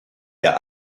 der